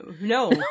No